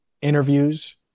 interviews